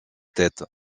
tête